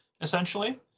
essentially